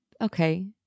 okay